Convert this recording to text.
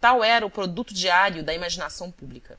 tal era o produto diário da imaginação pública